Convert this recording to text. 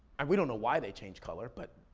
and we don't know why they change color, but,